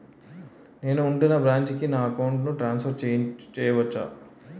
నేను ఉంటున్న బ్రాంచికి నా అకౌంట్ ను ట్రాన్సఫర్ చేయవచ్చా?